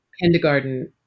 kindergarten